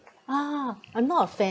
uh a lot of them